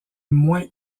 moins